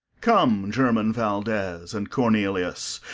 come, german valdes, and cornelius,